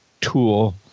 tool